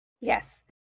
Yes